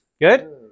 Good